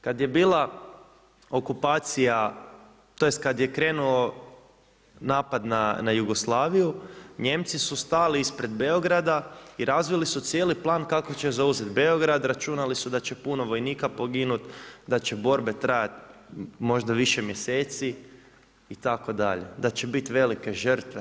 Kad je bila okupacija tj. kad je krenuo napad na Jugoslaviju, Nijemci su stali ispred Beograda i razvili su cijeli plan kako će zauzeti Beograd, računali su da će puno vojnika poginuti, da će borbe trajat možda više mjeseci itd., da će biti velike žrtve.